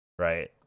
Right